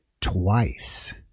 twice